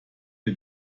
wir